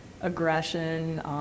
aggression